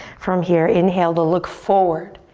from here, inhale to look forward.